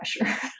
pressure